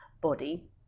body